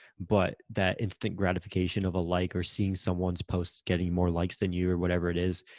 but that instant gratification of a like or seeing someone's posts getting more likes than you, or whatever it is,